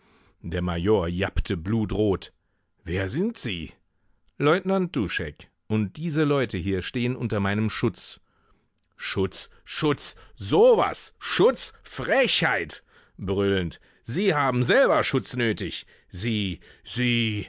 der major jappte blutrot wer sind sie leutnant duschek und diese leute hier stehen unter meinem schutz schutz schutz so was schutz frechheit brüllend sie haben selber schutz nötig sie sie